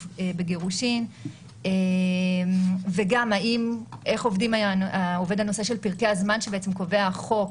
בגירושין וגם איך עובד הנושא של פרקי הזמן שקובע החוק